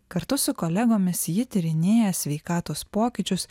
kartu su kolegomis ji tyrinėja sveikatos pokyčius